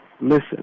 Listen